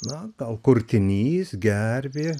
na gal kurtinys gervė